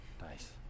nice